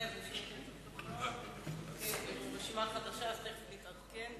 אני מקבלת רשימה חדשה, ותיכף נתעדכן.